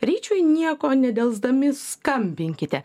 ryčiui nieko nedelsdami skambinkite